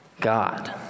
God